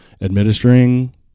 administering